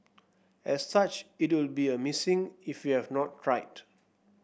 as such it will be a missing if you have not cried